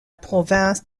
province